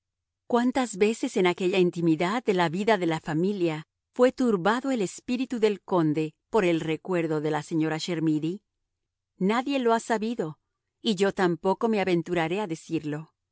cuántas veces en aquella intimidad de la vida de familia fue turbado el espíritu del conde por el recuerdo de la señora chermidy nadie lo ha sabido y yo tampoco me aventuraré a decirlo